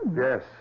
Yes